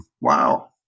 Wow